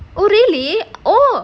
oh really oh